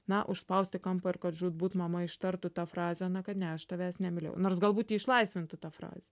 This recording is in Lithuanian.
na užspausti į kampą ir kad žūtbūt mama ištartų tą frazę na kad ne aš tavęs nemylėjau nors galbūt išlaisvintų ta frazė